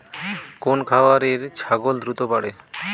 কোন খাওয়ারে ছাগল দ্রুত বাড়ে?